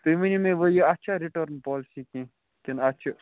تُہۍ ؤنِو مےٚ یہِ اَتھ چھا رِٹٲرٕن پالیسی کیٚنٛہہ کِنہٕ اَتھ چھِ